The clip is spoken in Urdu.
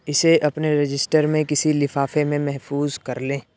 اسے اپنے رجسٹر میں کسی لفافے میں محفوظ کر لیں